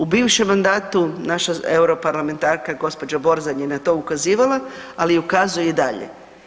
U bivšem mandatu naša europarlamentarka gospođa Borozan je na to ukazivala, ali ukazuje i dalje.